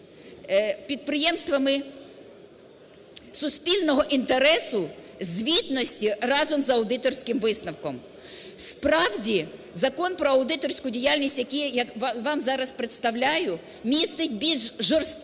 підприємствами суспільного інтересу звітності разом з аудиторським висновком. Справді, Закон про аудиторську діяльність, який я вам зараз представляю, містить більш жорсткі